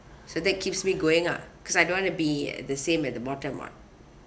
so that keeps me going ah cause I don't want to be the same at the bottom [what]